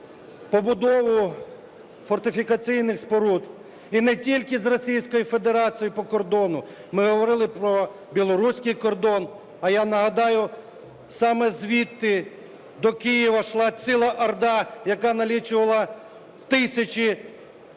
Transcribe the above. побудову фортифікаційних споруд і не тільки з Російською Федерацією по кордону, ми говорили про білоруський кордон, а я нагадаю, саме звідти до Києва йшла ціла орда, яка налічувала тисячі